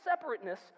separateness